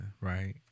right